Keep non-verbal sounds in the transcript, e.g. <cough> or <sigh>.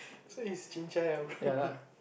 so it's chin-cai ah bro <laughs>